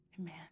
Amen